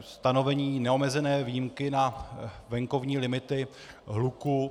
stanovení neomezené výjimky na venkovní limity hluku.